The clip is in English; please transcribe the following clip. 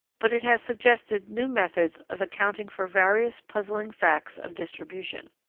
but it has suggested new methods of accounting for various puzzling facts of distribution.